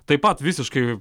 taip pat visiškai